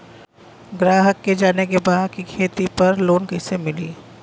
ग्राहक के जाने के बा की खेती पे लोन कैसे मीली?